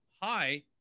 hi